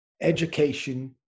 education